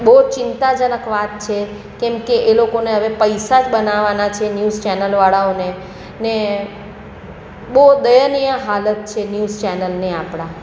બહુ ચિંતાજનક વાત છે કેમ કે એ લોકોને હવે પૈસા જ બનાવાના છે ન્યૂઝ ચેનલવાળાઓને ને બહુ દયનીય હાલત છે ન્યૂઝ ચેનલને આપણા